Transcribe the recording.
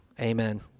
amen